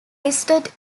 listed